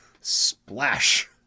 Splash